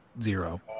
Zero